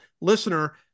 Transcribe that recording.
listener